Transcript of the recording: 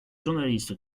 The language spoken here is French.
journaliste